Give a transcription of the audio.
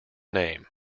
name